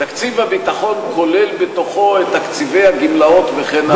תקציב הביטחון כולל בתוכו את תקציבי הגמלאות וכן הלאה.